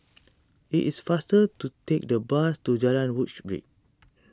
it is faster to take the bus to Jalan Woodbridge